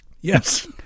Yes